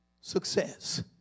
Success